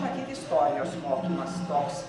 matyt istorijos mokymas toks